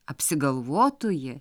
apsigalvotų ji